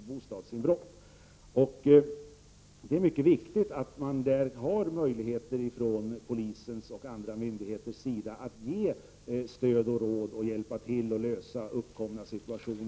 bostadsinbrott. Det är mycket viktigt att polisen och andra myndigheter har möjligheter att ge stöd och råd och hjälpa till att lösa uppkomna situationer.